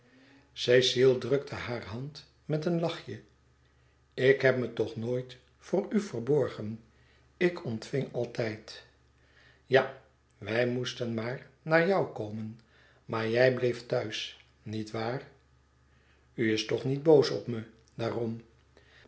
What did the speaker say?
cecile drukte haar de hand met een lachje ik heb me toch nooit voor u verborgen ik ontving altijd ja wij moesten maar naar jou komen maar jij bleef thuis niet waar u is toch niet boos op me daarom